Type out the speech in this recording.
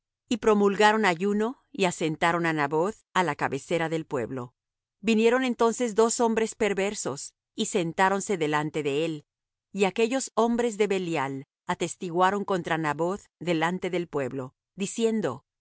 y promulgaron ayuno y asentaron á naboth á la cabecera del pueblo vinieron entonces dos hombres perversos y sentáronse delante de él y aquellos hombres de belial atestiguaron contra naboth delante del pueblo diciendo